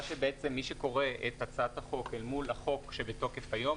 מי שקורא את הצעת החוק אל מול החוק שבתוקף היום,